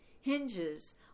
hinges